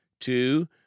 Two